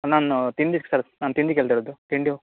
ನಾನು ತಿಂಡಿ ಸರ್ ನಾನು ತಿಂಡಿ ಕೇಳ್ತಿರೋದು ತಿಂಡಿ